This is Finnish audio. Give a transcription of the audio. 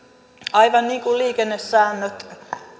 aivan niin kuin liikennesäännöt